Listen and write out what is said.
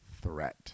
threat